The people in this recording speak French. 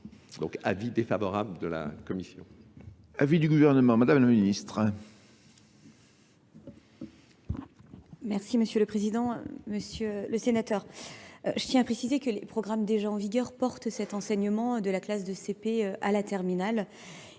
Donc avis défavorable de la Commission.